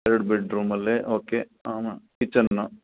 ಎರಡು ಬೆಡ್ರೂಮಲ್ಲೇ okay kitchen